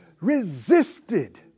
Resisted